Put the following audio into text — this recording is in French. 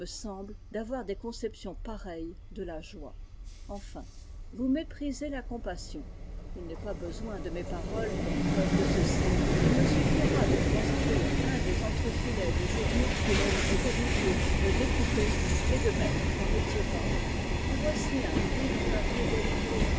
semble d'avoir des conceptions pareilles de la joie enfin vous méprisez la compassion il n'est pas besoin de mes paroles comme preuve de ceci il me suffira de transcrire un des entrefilets de jour t ruskin fait ici allusion à ce passage de s mathieu